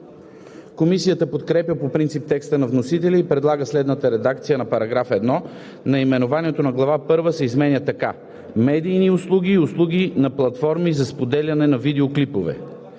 Комисията подкрепя по принцип текста на вносителя и предлага следната редакция на § 1: „§ 1. Наименованието на глава първа се изменя така: „Медийни услуги и услуги на платформи за споделяне на видеоклипове“.